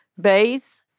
base